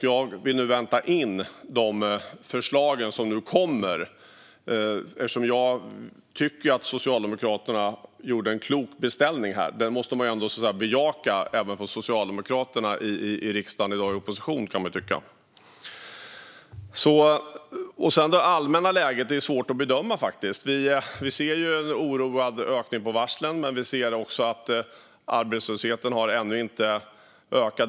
Jag vill vänta in de förslag som nu kommer eftersom jag tycker att Socialdemokraterna gjorde en klok beställning, och den måste väl även Socialdemokraterna i opposition i riksdagen i dag bejaka, kan man tycka. Det allmänna läget är svårt att bedöma. Vi ser en oroande ökning av varslen, men vi ser också att arbetslösheten ännu inte har ökat.